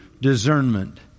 discernment